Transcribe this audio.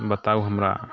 बताउ हमरा